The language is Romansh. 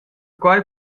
quei